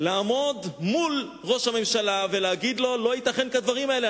לעמוד מול ראש הממשלה ולהגיד לו: לא ייתכן כדברים האלה,